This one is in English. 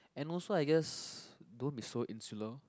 and also I guess don't be so insular